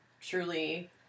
truly